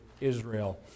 Israel